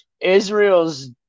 Israel's